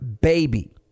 baby